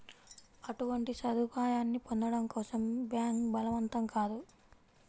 అటువంటి సదుపాయాన్ని పొందడం కోసం బ్యాంక్ బలవంతం కాదు